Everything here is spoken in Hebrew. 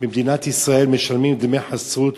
במדינת ישראל משלמים דמי חסות,